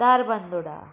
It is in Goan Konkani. धारबांदोडा